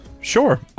Sure